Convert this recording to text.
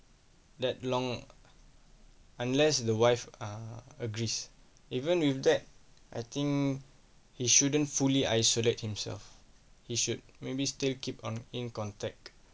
that long unless the wife err agrees even with that I think he shouldn't fully isolate himself he should maybe still keep on in contact